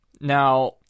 Now